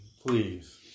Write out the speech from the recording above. Please